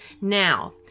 Now